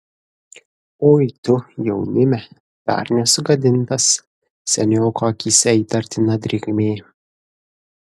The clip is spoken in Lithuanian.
oi tu jaunime dar nesugadintas senioko akyse įtartina drėgmė